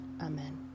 Amen